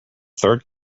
third